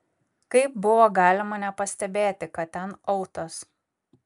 kaip buvo galima nepastebėti kad ten autas